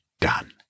done